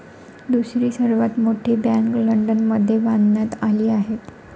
दुसरी सर्वात मोठी बँक लंडनमध्ये बांधण्यात आली आहे